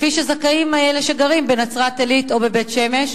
כפי שזכאים אלה שגרים בנצרת-עילית או בבית-שמש.